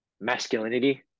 masculinity